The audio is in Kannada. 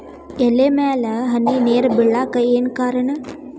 ಎಲೆ ಮ್ಯಾಲ್ ಹನಿ ನೇರ್ ಬಿಳಾಕ್ ಏನು ಕಾರಣ?